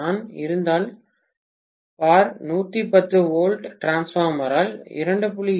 நான் இருந்தால் பார் 110 வோல்ட் டிரான்ஸ்பார்மரால் 2